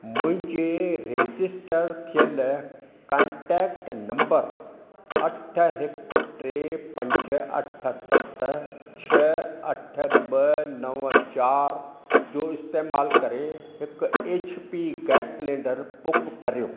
मुंहिंजे रेजिस्टर थियल contact number अठ हिकु टे पंज अठ सत छह अठ ॿ नव चारि जो इस्तेमालु करे हिकु H P gas cylinder book करियो